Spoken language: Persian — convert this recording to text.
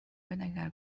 اگر